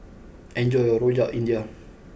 enjoy your Rojak India